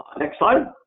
next slide.